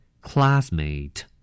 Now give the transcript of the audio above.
Classmate